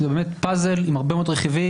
זה באמת פאזל עם הרבה מאוד רכיבים.